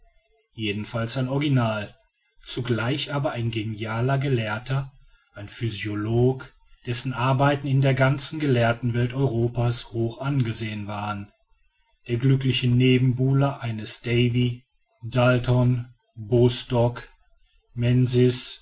jedenfalls ein original zugleich aber ein genialer gelehrter ein physiolog dessen arbeiten in der ganzen gelehrtenwelt europas hoch angesehen waren der glückliche nebenbuhler eines davy dalton bostock menzies